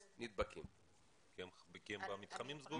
כי הם במתחמים סגורים.